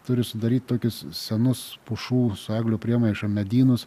turi sudaryt tokius senus pušų eglių priemaišom medynus